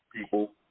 people